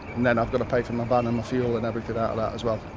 and then i've got to pay for my van and the fuel and everything out that as well.